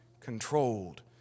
controlled